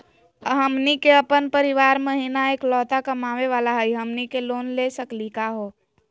हमनी के अपन परीवार महिना एकलौता कमावे वाला हई, हमनी के लोन ले सकली का हो?